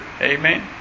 Amen